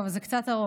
טוב, זה קצת ארוך.